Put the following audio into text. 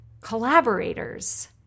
collaborators